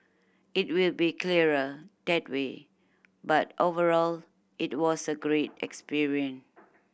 it will be clearer that way but overall it was a great experience